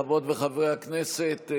חברות וחברי הכנסת,